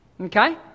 Okay